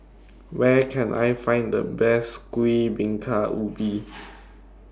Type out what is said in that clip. Where Can I Find The Best Kuih Bingka Ubi